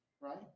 Right